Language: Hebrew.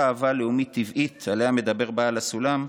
אהבה לאומית טבעית שעליה מדבר בעל הסולם,